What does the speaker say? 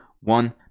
one